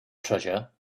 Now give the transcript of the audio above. treasure